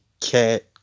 Cat